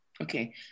Okay